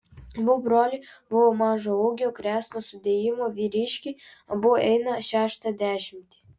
abu broliai buvo mažo ūgio kresno sudėjimo vyriškiai abu einą šeštą dešimtį